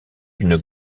une